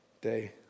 day